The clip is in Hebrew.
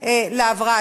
היא עוזרת להבראה.